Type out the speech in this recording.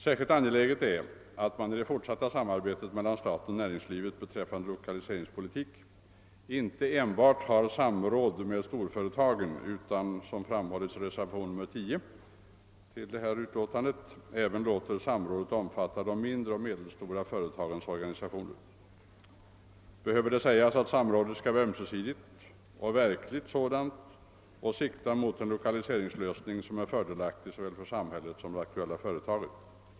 Särskilt angeläget är att man i det fortsatta samarbetet mellan staten och näringslivet beträffande lokaliseringspolitik inte enbart har samråd med storföretagen utan, som framhållits i reservationen 10 till förevarande utlåtande, även låter samrådet omfatta de mindre och medelstora företagens organisationer. Behöver det sägas att samrådet skall vara ömsesidigt och ett verkligt sådant och sikta mot en lokaliseringslösning som är fördelaktig såväl för samhället som för det aktuella företaget?